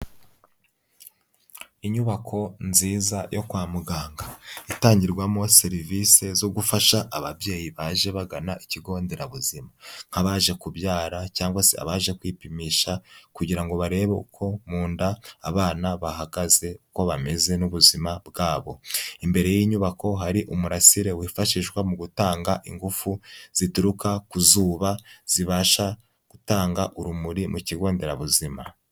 Inyubako nziza yo kwa muganga itangirwamo serivisi zo gufasha ababyeyi baje bagana ikigonderabuzima nk'abaje kubyara, cyangwa se abaje kwipimisha kugira ngo barebe uko mu nda abana bahagaze, uko bameze n'ubuzima bwabo. Imbere y'inyubako hari umurasire wifashishwa mu gutanga ingufu zituruka ku zuba zibasha gutanga urumuri mu kigo nderabuzima.